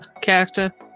character